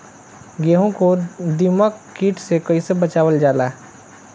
गेहूँ को दिमक किट से कइसे बचावल जाला?